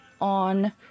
on